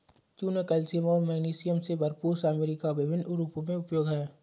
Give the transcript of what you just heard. चूना कैल्शियम और मैग्नीशियम से भरपूर सामग्री का विभिन्न रूपों में उपयोग है